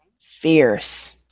Fierce